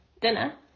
Dinner